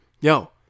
Yo